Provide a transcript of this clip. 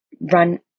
run